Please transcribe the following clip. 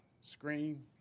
screen